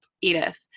Edith